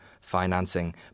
financing